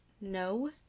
No